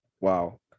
wow